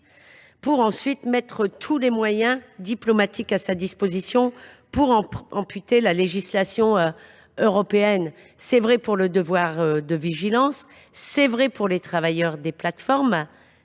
pour ensuite mettre tous les moyens diplomatiques à sa disposition pour amputer la législation européenne. C’est vrai pour le devoir de vigilance, c’est vrai pour les travailleurs des plateformes,